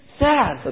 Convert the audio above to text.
sad